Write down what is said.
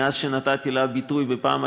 מאז נתתי לה ביטוי בפעם הראשונה,